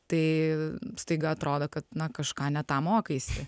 tai staiga atrodo kad na kažką ne tą mokaisi